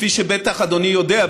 כפי שבטח אדוני יודע,